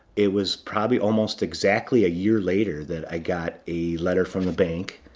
it was probably almost exactly a year later that i got a letter from the bank.